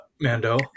Mando